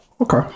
okay